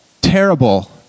terrible